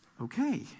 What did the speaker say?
Okay